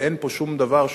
ואין פה שום דבר,